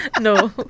No